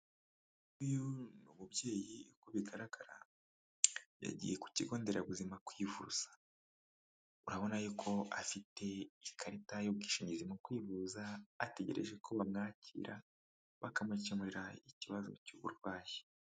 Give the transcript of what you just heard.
uyu ni umubyeyi uko bigaragara yagiye ku kigo nderabuzima kwivuza, urabona ko afite ikarita y'ubwishingizi mu kwivuza ategereje ko bamwakira bakamukemurira ikibazo cy'uburwayi.